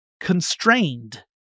constrained